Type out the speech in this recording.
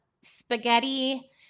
spaghetti